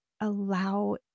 allow